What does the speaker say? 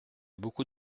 beaucoup